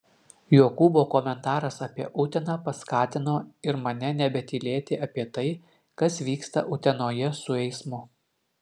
jokūbo komentaras apie uteną paskatino ir mane nebetylėti apie tai kas vyksta utenoje su eismu